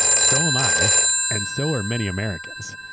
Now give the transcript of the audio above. so am i and so are many americans.